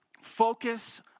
Focus